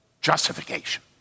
justification